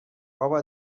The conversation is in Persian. بابا